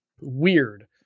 weird